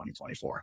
2024